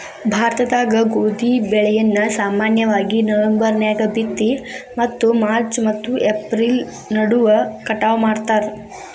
ಭಾರತದಾಗ ಗೋಧಿ ಬೆಳೆಯನ್ನ ಸಾಮಾನ್ಯವಾಗಿ ನವೆಂಬರ್ ನ್ಯಾಗ ಬಿತ್ತಿ ಮತ್ತು ಮಾರ್ಚ್ ಮತ್ತು ಏಪ್ರಿಲ್ ನಡುವ ಕಟಾವ ಮಾಡ್ತಾರ